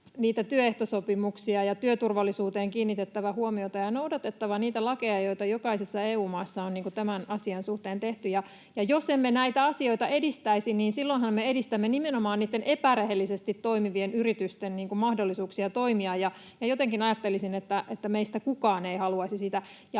työehtosopimuksia ja työturvallisuuteen kiinnitettävä huomiota ja noudatettava niitä lakeja, joita jokaisessa EU-maassa on tämän asian suhteen tehty. Ja jos emme näitä asioita edistäisi, niin silloinhan me edistämme nimenomaan niitten epärehellisesti toimivien yritysten mahdollisuuksia toimia. Jotenkin ajattelisin, että meistä kukaan ei haluaisi sitä.